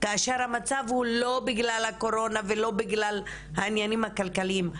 כאשר המצב הוא כזה לא בגלל הקורונה ולא בגלל העניינים הכלכליים,